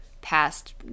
past